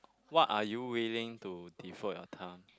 what are you willing to devote your time